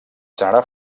generar